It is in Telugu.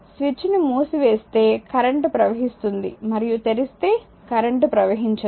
స్విచ్ ని మూసివేస్తే కరెంట్ ప్రవహిస్తుంది మరియు తెరిస్తే కరెంట్ ప్రవహించదు